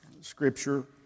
scripture